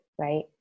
right